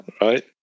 right